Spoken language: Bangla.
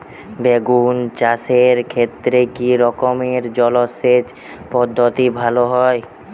বেগুন চাষের ক্ষেত্রে কি রকমের জলসেচ পদ্ধতি ভালো হয়?